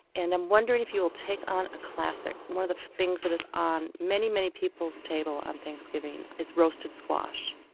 and i'm wondering if you will take on a classic, one of the things that is on many, many people's tables on thanksgiving roasted squash.